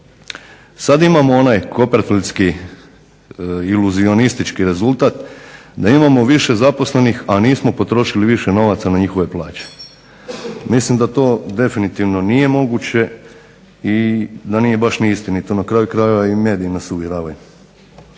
Sada imamo onaj copperfieldski, iluzionistički rezultat da imamo više zaposlenih a nismo potrošili više novaca na njihove plaće. Mislim da to definitivni nije moguće i nije baš istinito na kraju krajeva mediji nas uvjeravaju.